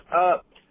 up